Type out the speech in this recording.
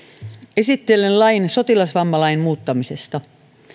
esittelen lain sotilasvammalain muuttamisesta